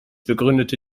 begründete